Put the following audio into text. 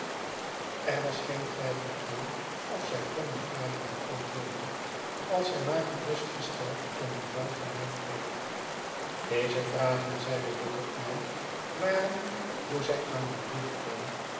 er was geen twijfel aan of zij kon nu vragen beantwoorden als zij maar gerustgesteld en niet bang gemaakt werd deze vragen zeide bucket mij waren hoe zij aan dien brief kwam